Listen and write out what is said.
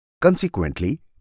Consequently